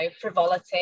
frivolity